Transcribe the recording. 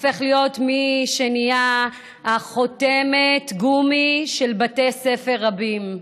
הופך להיות מי שנהיה חותמת הגומי של בתי ספר רבים.